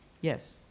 Yes